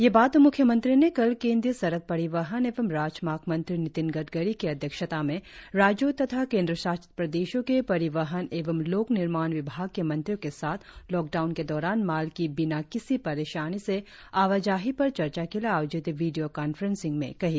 ये बात म्ख्यमंत्री ने कल केंद्रीय सड़क परिवहन एवं राजमार्ग मंत्री नितिन गडकरी की अध्यक्षता में राज्यों तथा केंद्रशासित प्रदेशों के परिवहन एवं लोक निर्माण विभाग के मंत्रियों के साथ लॉकडाउन के दौरान माल की बिना किसी परेशानी से आवाजाही पर चर्चा के लिए आयोजित वीडियों कॉफ्रेसिंग में कही